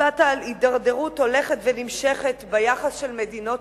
הצבעת על הידרדרות הולכת ונמשכת ביחס של מדינות